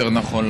יותר נכון,